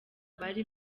bari